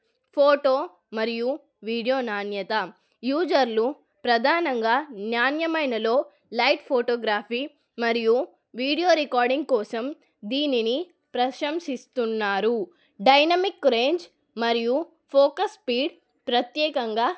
photo మరియు video నాణ్యత యూజర్లు ప్రధానంగా న్యాణ్యమైనలో లైట్ ఫోటోగ్రఫీ మరియు వీడియో రికార్డింగ్ కోసం దీనిని ప్రశంసిస్తున్నారు డైనమిక్ రేంజ్ మరియు ఫోకస్ స్పీడ్ ప్రత్యేకంగా